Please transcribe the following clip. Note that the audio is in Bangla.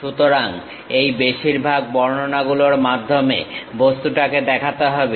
সুতরাং এই বেশিরভাগ বর্ণনাগুলোর মাধ্যমে বস্তুটাকে দেখাতে হবে